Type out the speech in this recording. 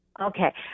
Okay